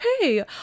hey